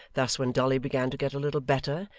thus when dolly began to get a little better,